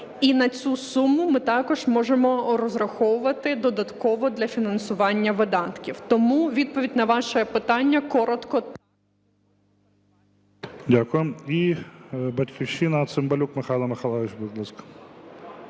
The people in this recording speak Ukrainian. І на цю суму ми також можемо розраховувати додатково для фінансування видатків. Тому відповідь на ваше питання коротко… ГОЛОВУЮЧИЙ. Дякую. І "Батьківщина", Цимбалюк Михайло Михайлович, будь ласка.